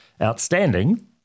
outstanding